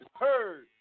heard